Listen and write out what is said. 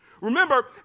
Remember